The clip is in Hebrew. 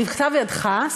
בכתב ידך,